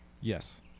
Yes